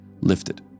lifted